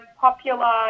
popular